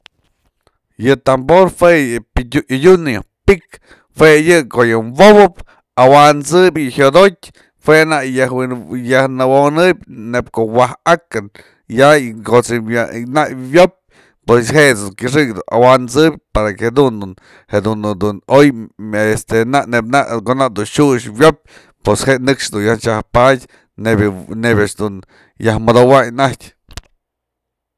yë tambor jue yë yadyunyë pi'ik jue yë ko'o yë wopëp, awant'sëp yë jyodotyë jue nak yajwi'in yajnëwonëp neyp ko'o waj akën y ya kotsë yë nak wyopë pues jet's kyëxëk dun awansëp para que jadun jedun dun dun oy este nak nep nak ko'o nak dun xiux wyopë pues nëkxë nak yajpdyë neyb- neyb ax dun yaj mëdowanyë najtyë.